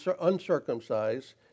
uncircumcised